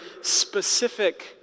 specific